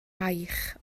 baich